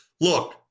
look